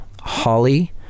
Holly